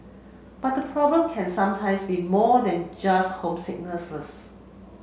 but the problem can sometimes be more than just homesickness